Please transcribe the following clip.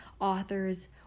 authors